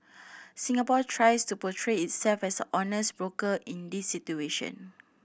Singapore tries to portray itself as an honest broker in these situation